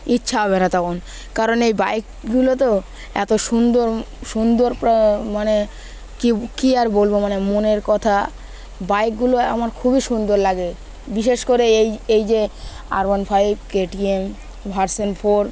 ইচ্ছা হবে না তখন কারণ এই বাইকগুলো তো এত সুন্দর সুন্দর মানে কী কী আর বলবো মানে মনের কথা বাইকগুলো আমার খুবই সুন্দর লাগে বিশেষ করে এই এই যে R one five K T M version four